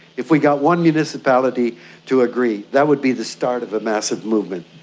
if we got one municipality to agree, that would be the start of a massive movement.